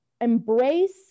embrace